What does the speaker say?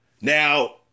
Now